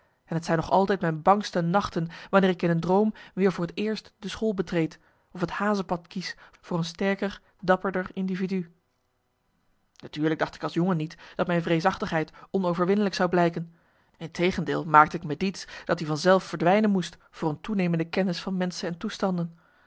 en het zijn nog altijd mijn bangste nachten wanneer ik in een droom weer voor t eerst de school betreed of het hazepad kies voor een sterker dapperder individu natuurlijk dacht ik als jongen niet dat mijn vreesachtigheid onoverwinnelijk zou blijken integendeel maakte ik me diets dat i van zelf verdwijnen moest voor een toenemende kennis van menschen en toestanden